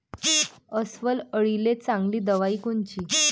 अस्वल अळीले चांगली दवाई कोनची?